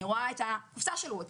אני רואה את הקופסה של וולט,